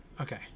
Okay